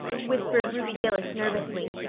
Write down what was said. whispered ruby gillis nervously,